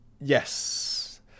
Yes